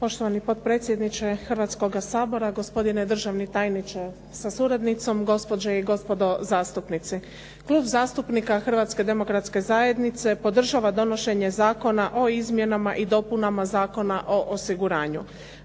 Poštovani potpredsjedniče Hrvatskoga sabora, gospodine državni tajniče sa suradnicom, gospođe i gospodo zastupnici. Klub zastupnika Hrvatske demokratske zajednice podržava donošenje Zakona o izmjenama i dopunama Zakona o osiguranju.